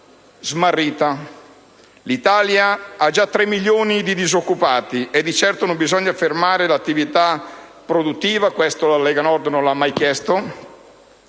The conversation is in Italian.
L'Italia ha già 3 milioni di disoccupati, e di certo non bisogna fermare l'attività produttiva - questo la Lega Nord non l'ha mai chiesto